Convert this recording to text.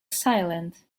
silent